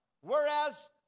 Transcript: Whereas